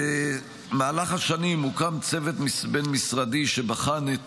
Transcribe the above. במהלך השנים הוקם צוות בין-משרדי שבחן את